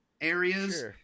areas